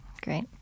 great